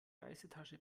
reisetasche